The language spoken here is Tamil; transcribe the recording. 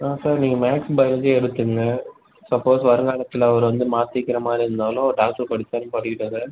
ஆ சார் நீங்கள் மேக்ஸ் பயாலஜியே எடுத்துங்க சப்போஸ் வருங்காலத்தில் அவரு வந்து மாற்றிக்கிற மாதிரி இருந்தாலும் ட்ரான்ஸ்ஃபர் பண்ணிகிட்டாலும் பண்ணிக்கட்டும் சார்